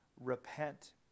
Repent